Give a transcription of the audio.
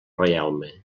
reialme